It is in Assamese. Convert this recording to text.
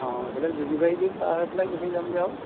অ এইফালে যোগীবাৰীবিল পাৰ হৈ পেলাই গুচি যামগৈ আৰু